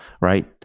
right